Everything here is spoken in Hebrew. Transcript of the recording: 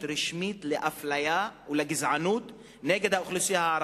רשמית לאפליה ולגזענות נגד האוכלוסייה הערבית,